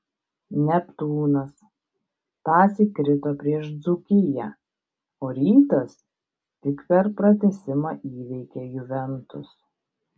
neptūnas tąsyk krito prieš dzūkiją o rytas tik per pratęsimą įveikė juventus